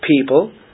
people